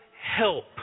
help